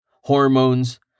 Hormones